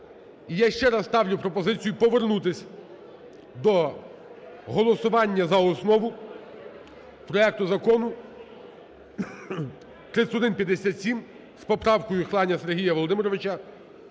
я ще раз ставлю пропозицію повернутись до голосування за основу проекту закону 3157 з поправкою Хланя Сергія Володимировича.